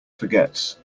forgets